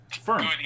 firm